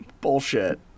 Bullshit